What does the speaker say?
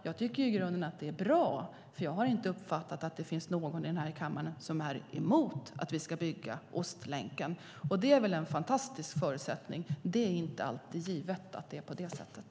Jag tycker i grunden att detta är bra, för jag har inte uppfattat att det finns någon här i kammaren som är emot att Ostlänken byggs. Det är väl en fantastisk förutsättning. Det är inte alltid givet att det är på det sättet.